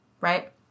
right